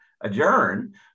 adjourn